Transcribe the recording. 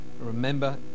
Remember